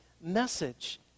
message